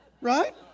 Right